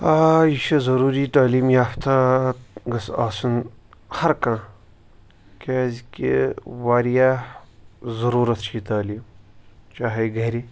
آ یہِ چھُ ضوٚروٗری تعلیٖم یافتہَ گَژھ آسُن ہَر کانٛہہ کیازکہِ واریاہ ضوٚروٗرَتھ چھِ یہِ تعلیٖم چاہے گَرِ